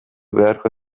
beharko